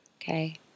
Okay